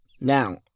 Now